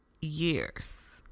years